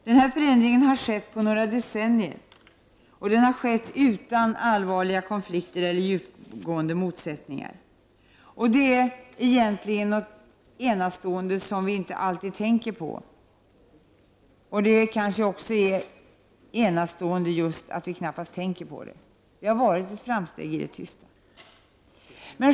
Denna förändring har skett på några decennier, och den har skett utan allvarliga konflikter och djupgående motsättningar. Det är egentligen något enastående, som vi inte alltid tänker på. Det enastående är just att vi knappast tänker på det. Det har varit ett framsteg i det tysta.